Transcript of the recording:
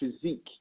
physique